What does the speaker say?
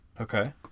Okay